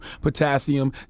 potassium